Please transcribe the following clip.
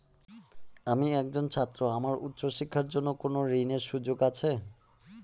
আমি একজন ছাত্র আমার উচ্চ শিক্ষার জন্য কোন ঋণের সুযোগ আছে?